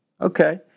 Okay